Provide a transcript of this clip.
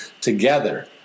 together